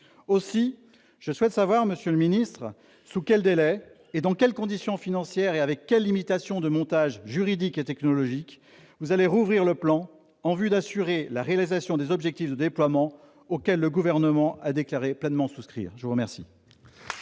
Aussi, je souhaite savoir, monsieur le ministre, dans quels délais, dans quelles conditions financières et avec quelles limitations de montages juridiques et technologiques vous allez rouvrir le plan en vue d'assurer la réalisation des objectifs de déploiement auquel le Gouvernement a déclaré pleinement souscrire. La parole